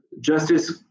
justice